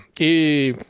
he,